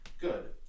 Good